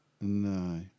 no